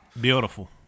Beautiful